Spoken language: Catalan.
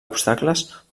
obstacles